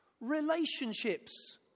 Relationships